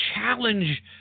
Challenge